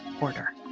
order